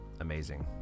amazing